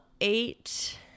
eight